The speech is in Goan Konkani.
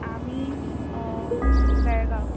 आमी बेळगांव